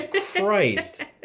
Christ